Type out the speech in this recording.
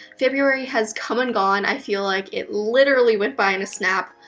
february has come and gone, i feel like it literally went by in a snap,